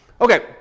Okay